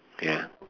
ya